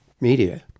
media